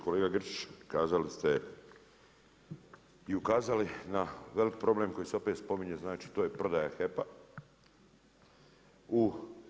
Kolega Grčić, kazali ste i ukazali na veliki problem koji se opet spominje, znači to je prodaja HEP-a.